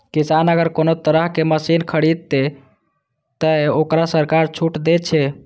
किसान अगर कोनो तरह के मशीन खरीद ते तय वोकरा सरकार छूट दे छे?